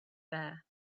bear